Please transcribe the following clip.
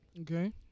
Okay